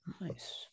Nice